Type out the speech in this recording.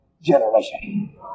generation